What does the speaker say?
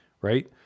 right